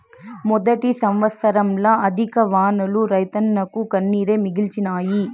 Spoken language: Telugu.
మొదటి సంవత్సరంల అధిక వానలు రైతన్నకు కన్నీరే మిగిల్చినాయి